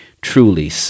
Truly